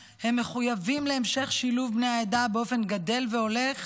מחויבים להמשך שילוב בני העדה באופן גדל והולך